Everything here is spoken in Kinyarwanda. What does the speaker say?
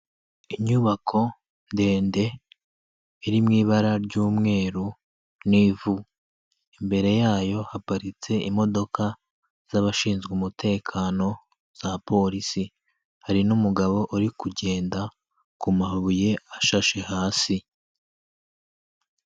Inyubako ndende iri mu ibara ry'umweru n'ivu, imbere yayo haparitse imodoka z'abashinzwe umutekano za polisi, hari n'umugabo uri kugenda ku mabuye ashashe hasi.